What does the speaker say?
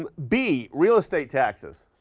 um b real estate taxes.